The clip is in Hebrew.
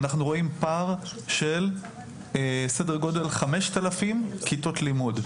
אנחנו רואים פער של סדר גודל 5,000 כיתות לימוד,